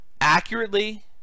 accurately